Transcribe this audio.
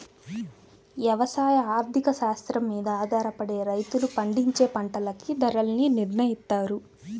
యవసాయ ఆర్థిక శాస్త్రం మీద ఆధారపడే రైతులు పండించే పంటలకి ధరల్ని నిర్నయిత్తారు